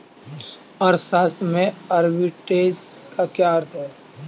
अर्थशास्त्र में आर्बिट्रेज का क्या अर्थ है?